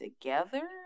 together